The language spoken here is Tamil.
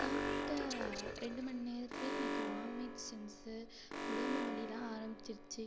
சாப்பிட்ட இரண்டு மணி நேரத்துலேயே எனக்கு வாமிட் சென்ஸு உடம்பு வலியெல்லாம் ஆரம்பிச்சிருச்சு